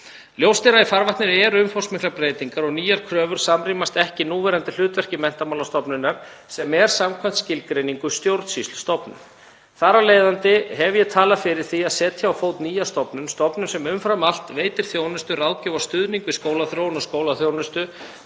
Ljóst er að í farvatninu eru umfangsmiklar breytingar og nýjar kröfur samrýmast ekki núverandi hlutverki Menntamálastofnunar sem er samkvæmt skilgreiningu stjórnsýslustofnun. Þar af leiðandi hef ég talað fyrir því að setja á fót nýja stofnun sem umfram allt veitir þjónustu, ráðgjöf og stuðning við skólaþróun og skólaþjónustu